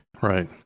Right